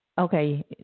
Okay